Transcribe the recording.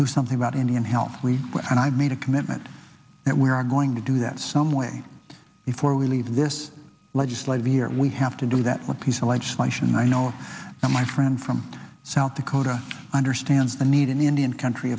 do something about indian health we went and i made a commitment that we are going to do that some way before we leave this legislative year we have to do that one piece of legislation and i know my friend from south dakota i understand the need in indian country